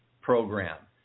program